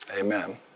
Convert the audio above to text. Amen